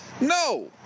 No